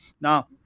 Now